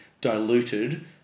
diluted